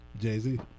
Jay-Z